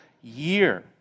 year